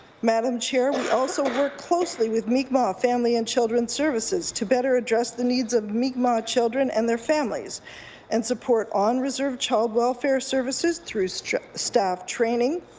madam chair, we also work closely with mi'kmaq family and children services to better address the needs of mi'kmaq children and their families and support on-reserve child welfare services through staff staff training,